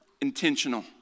intentional